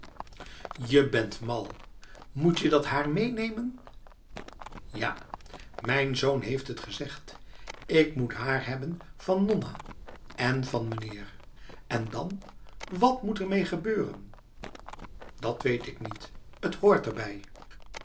je bent malb moetje dat haar meenemen ja mijn zoon heeft het gezegd ik moet haar hebben van nonna en van mijnheer en dan wat moet ermee gebeuren dat weet ik niet het hoort erbij